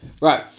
Right